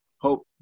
Hope